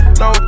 no